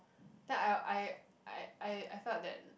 then I'll I I I I felt that